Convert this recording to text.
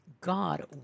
God